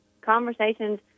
conversations